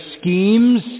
schemes